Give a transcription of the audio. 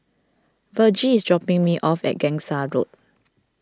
Vergie is dropping me off at Gangsa Road